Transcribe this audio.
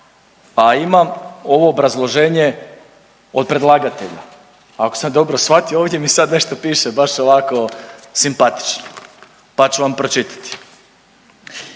a imam ovo obrazloženje od predlagatelja, ako sam dobro shvatio ovdje mi sad nešto piše baš ovako simpatično, pa ću vam pročitati.